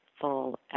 full